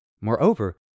Moreover